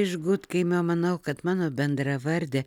iš gudkaimio manau kad mano bendravardė